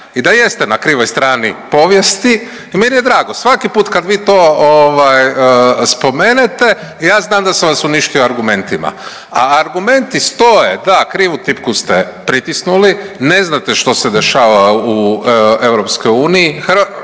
I da jeste na krivoj strani povijesti i meni je dragi, svaki put kad vi to ovaj, spomenete, ja znam da sam vas uništio argumentima. A argumenti stoji da, krivu tipku ste pritisnuli, ne znate što se dešava u EU,